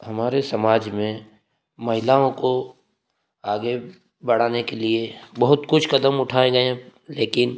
हमारे समाज में महिलाओं को आगे बढ़ाने के लिए बहुत कुछ कदम उठाए गए हैं लेकिन